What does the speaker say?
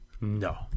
No